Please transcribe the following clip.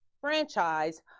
Franchise